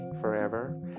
forever